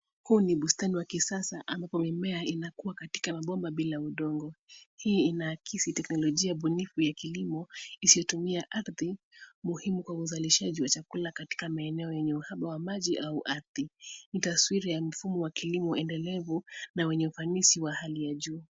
Huu ni bustani wa kisasa ambapo mimea inakuwa katika mabomba bila udongo. Hii inaakisi teknolojia bunifu ya kilimo, isiotumia ardhi ,muhimu kwa uzalishaji wa chakula katika maeneo yenye uhaba wa maji au ardhi. Ni taswira wa mfumo wa kilimo uendelevu na wenye ufanisi wa hali ya juu.